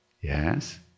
Yes